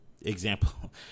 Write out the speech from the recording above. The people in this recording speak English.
example